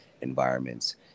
environments